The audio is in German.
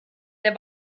der